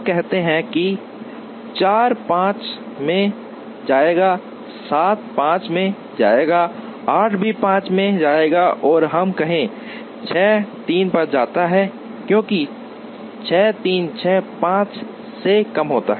कहते हैं कि 4 5 में जाएगा 7 5 में जाएगा 8 भी 5 में जाएगा और हम कहें 6 3 पर जाता है क्योंकि 6 3 6 5 से कम है